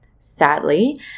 sadly